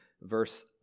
verse